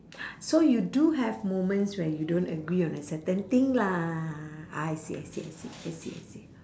so you do have moments where you don't agree on a certain thing lah I see I see I see I see I see